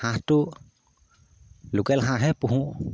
হাঁহটো লোকেল হাঁহে পুহোঁ